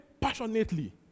passionately